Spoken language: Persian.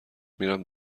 میرم